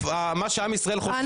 זה עם ישראל, בסוף מה שעם ישראל חושב.